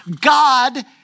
God